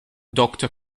doctor